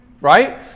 right